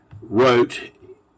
wrote